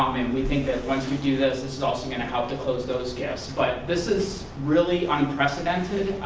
um and we think that once we do this this is also going to help to close those gifts. but this is really unprecedented.